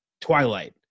Twilight